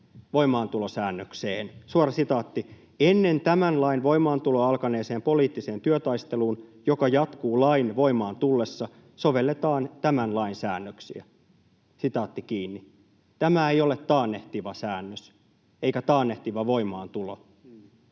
voimaantulosäännökseen: ”Ennen tämän lain voimaantuloa alkaneeseen poliittiseen työtaisteluun, joka jatkuu lain voimaan tullessa, sovelletaan tämän lain säännöksiä.” Tämä ei ole taannehtiva säännös eikä taannehtiva voimaantulo.